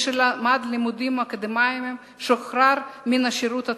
מי שלמד לימודים אקדמיים שוחרר מן השירות הצבאי.